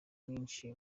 kwinshi